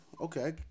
okay